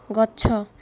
ଗଛ